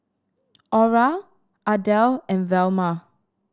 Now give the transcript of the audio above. Aura Ardelle and Velma